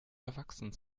erwachsen